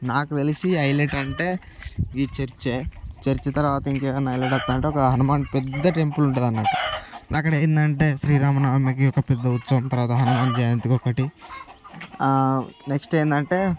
నాకు తెలిసి హైలెట్ అంటే ఈ చర్చే చర్చ్ తర్వాత ఇంకేమైనా హైలెట్ అట్టా అంటే హనుమాన్ పెద్ద టెంపుల్ ఉంటుంది అన్నమాట అక్కడ ఏంటంటే శ్రీరామ నవమికి ఒక పెద్ద ఉత్సవం తర్వాత హనుమాన్ జయంతికి ఒకటి నెక్స్ట్ ఏంటంటే